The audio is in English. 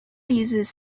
uses